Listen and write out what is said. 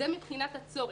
זה מבחינת הצורך.